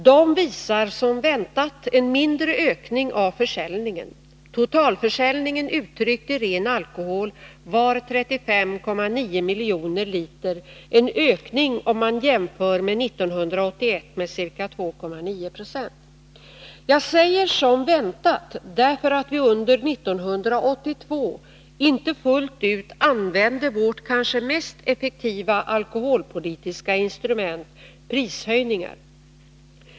De visar — som väntat — en mindre ökning av försäljningen. Totalförsäljningen — uttryckt i ren alkohol — var 35,9 miljoner liter, en ökning om man jämför med 1981 med ca 2,9 96. Jag säger ”som väntat”, därför att vi under 1982 inte fullt ut använde vårt mest effektiva alkoholpolitiska instrument — prishöjningar.